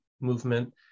movement